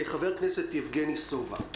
חבר הכנסת יבגני סובה, בבקשה.